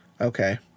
Okay